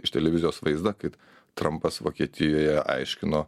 iš televizijos vaizdą kad trampas vokietijoje aiškino